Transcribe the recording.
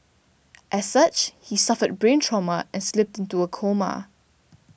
as such he suffered brain trauma and slipped into a coma